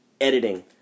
editing